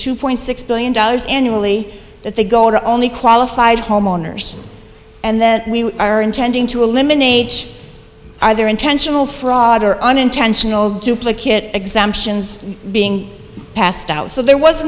two point six billion dollars annually that they go to only qualified homeowners and then we are intending to eliminate either intentional fraud or unintentional duplicate exemptions being passed out so there was